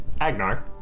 Agnar